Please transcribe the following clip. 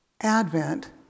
Advent